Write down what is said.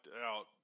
out